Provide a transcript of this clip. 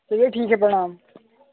चलिए ठीक है प्रणाम